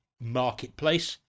marketplace